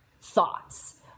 thoughts